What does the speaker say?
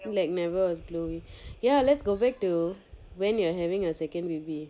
like never ya let's go back to when you're having a second baby